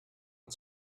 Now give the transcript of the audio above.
and